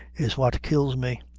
is what kills me.